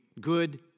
good